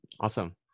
awesome